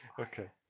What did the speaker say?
okay